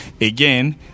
again